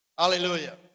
Hallelujah